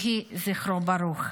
יהי זכרו ברוך.